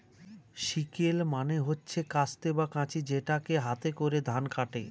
sickle মানে হচ্ছে কাস্তে বা কাঁচি যেটাকে হাতে করে ধান কাটে